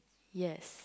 yes